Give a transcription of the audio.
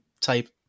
type